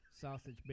sausage